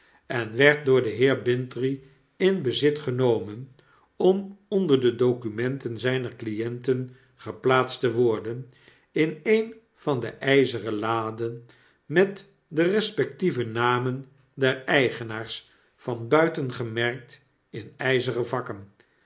en werd door den heer bintrey in bezit genomen om onder de documenten zijner clienten geplaatst te worden in een van de ijzeren laden met de respectieve namen der eigenaars van buiten gemerkt in ijzeren vakken